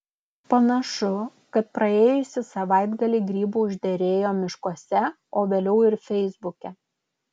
panašu kad praėjusį savaitgalį grybų užderėjo miškuose o vėliau ir feisbuke